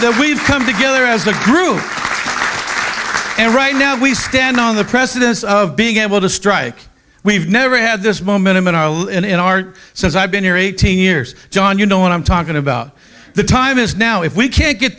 time we've come together as a crew and right now we stand on the presidents of being able to strike we've never had this momentum in our lives and in our since i've been here eighteen years john you know what i'm talking about the time is now if we can't get